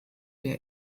der